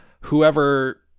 whoever